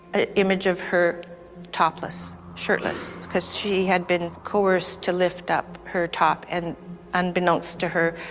an image of her topless, shirtless, cause she had been coerced to lift up her top, and unbeknownst to her,